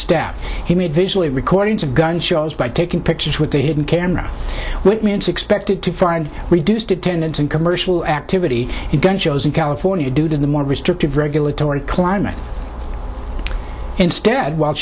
staff he made visually recordings of gun shows by taking pictures with a hidden camera with me it's expected to find reduced attendance and commercial activity in gun shows in california due to the more restrictive regulatory climate instead whil